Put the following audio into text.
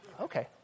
Okay